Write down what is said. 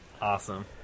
awesome